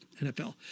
NFL